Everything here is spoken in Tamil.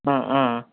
ஆ ஆ